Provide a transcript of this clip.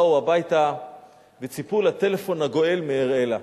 באו הביתה וציפו לטלפון הגואל מאראלה.